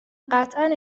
قطعا